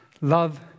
Love